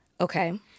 Okay